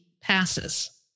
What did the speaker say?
passes